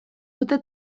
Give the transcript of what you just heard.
dute